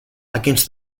against